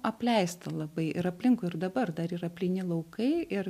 apleista labai ir aplinkui ir dabar dar yra plyni laukai ir